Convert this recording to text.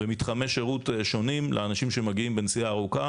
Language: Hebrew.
ומתחמי שירות שונים לאנשים שמגיעים בנסיעה ארוכה,